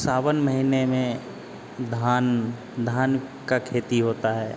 सावन महीने में धान धान का खेती होता है